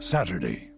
Saturday